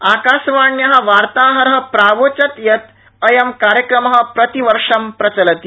आकाशवाण्या वार्ताहर प्रावोचत् यत् अयं कार्यक्रम प्रतिवर्ष प्रचलति